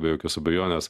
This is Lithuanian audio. be jokios abejonės